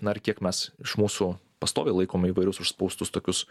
na ir kiek mes iš mūsų pastoviai laikom įvairius užspaustus tokius